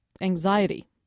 anxiety